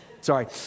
sorry